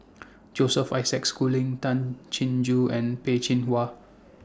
Joseph Isaac Schooling Tay Chin Joo and Peh Chin Hua